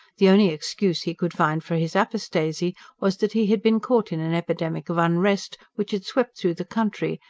the only excuse he could find for his apostasy was that he had been caught in an epidemic of unrest, which had swept through the country,